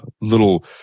little